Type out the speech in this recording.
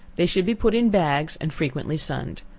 they should be put in bags, and frequently sunned.